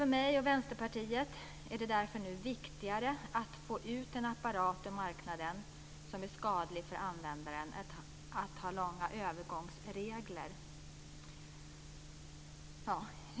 För mig och Vänsterpartiet är det nu viktigare att få bort en apparat från marknaden som är skadlig för användare än att tala om övergångsregler.